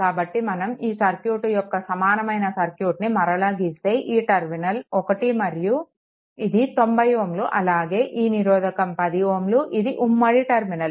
కాబట్టి మనం ఈ సర్క్యూట్ యొక్క సమానమైన సర్క్యూట్ని మరలా గీస్తే ఇది టర్మినల్ 1 మరియు ఇది 90 Ω అలాగే ఈ నిరోధకం 10 Ω ఇది ఉమ్మడి టర్మినల్